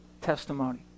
testimony